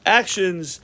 actions